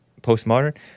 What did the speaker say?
postmodern